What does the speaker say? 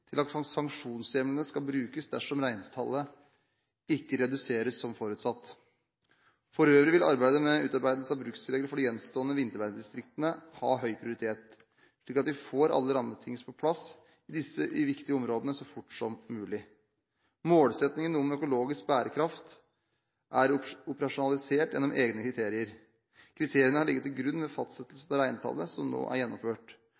til at sanksjonshjemlene skal brukes dersom reintallet ikke reduseres som forutsatt. For øvrig vil arbeidet med utarbeidelse av bruksregler for de gjenstående vinterbeitedistriktene ha høy prioritet, slik at vi får alle rammebetingelser på plass i disse viktige områdene så fort som mulig. Målsettingen om økologisk bærekraft er operasjonalisert gjennom egne kriterier. Kriteriene har ligget til grunn ved fastsettelsen av reintallet som nå er gjennomført.